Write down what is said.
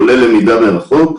כולל למידה מרחוק,